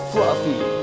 Fluffy